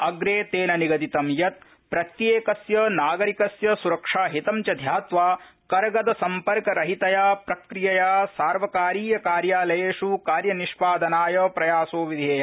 अग्रे तेन निगदितं यत् प्रत्येकस्य नागरिकस्य सुरक्षाहितं च ध्यात्वा कर्गदसंपर्करहितया प्रक्रियया सार्वकारीयकार्यालयेषु कार्यनिष्पादनाय प्रयासो विधेय